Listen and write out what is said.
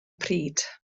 pryd